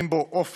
אין בו אופק,